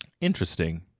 Interesting